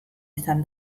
izan